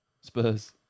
Spurs